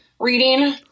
reading